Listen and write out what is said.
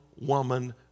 woman